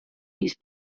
use